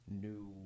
new